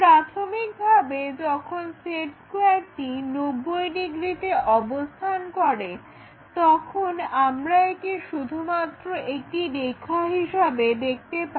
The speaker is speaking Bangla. প্রাথমিকভাবে যখন সেট স্কোয়ারটি 90 ডিগ্রিতে অবস্থান করে তখন আমরা একে শুধুমাত্র একটি রেখা হিসাবে দেখতে পাই